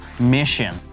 Mission